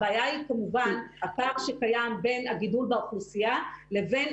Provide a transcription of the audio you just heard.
הבעיה היא כמובן הפער שקיים בין הגידול באוכלוסייה לבין